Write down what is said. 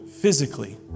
physically